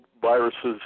viruses